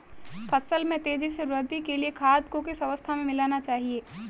फसल में तेज़ी से वृद्धि के लिए खाद को किस अवस्था में मिलाना चाहिए?